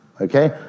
okay